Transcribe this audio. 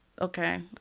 Okay